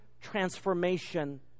transformation